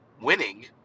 winning –